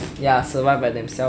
ya survive by themself